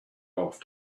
off